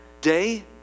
day